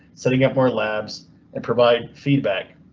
setting up more labs and provide feedback.